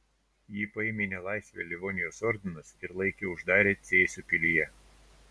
jį paėmė į nelaisvę livonijos ordinas ir laikė uždarę cėsių pilyje